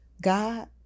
God